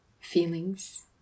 feelings